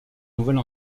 nouvelle